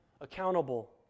accountable